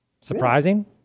Surprising